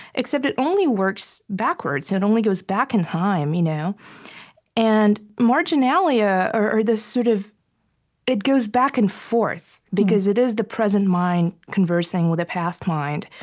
except it only works backwards. it and only goes back in time. you know and marginalia or this sort of it goes back and forth because it is the present mind conversing with a past mind.